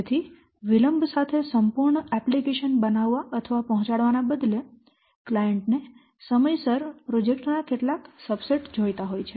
તેથી વિલંબ સાથે સંપૂર્ણ એપ્લિકેશન બનાવવા અથવા પહોંચાડવાને બદલે ક્લાયંટ ને સમયસર પ્રોજેક્ટ ના કેટલાક સબસેટ જોઈતા હોય છે